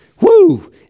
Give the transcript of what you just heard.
Woo